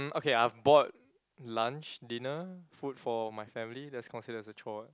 um okay I've bought lunch dinner food for my family that's considered as a chore [what]